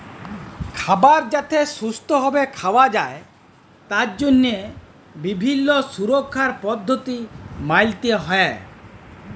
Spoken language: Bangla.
খাবার যাতে সুস্থ ভাবে খাওয়া যায় তার জন্হে বিভিল্য সুরক্ষার পদ্ধতি মালতে হ্যয়